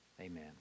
Amen